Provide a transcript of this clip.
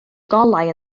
golau